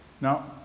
Now